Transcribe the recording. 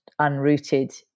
unrooted